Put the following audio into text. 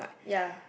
ya